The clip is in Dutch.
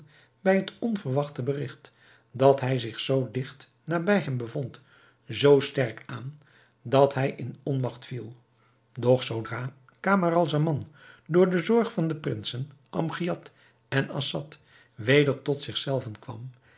bij het onverwachte berigt dat hij zich zoo digt nabij hem bevond zoo sterk aan dat hij in onmagt viel doch zoodra camaralzaman door de zorg van de prinsen amgiad en assad weder tot zich zelven kwam